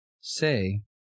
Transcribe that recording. say